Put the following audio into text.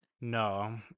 no